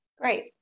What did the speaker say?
great